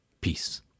peace